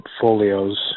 portfolios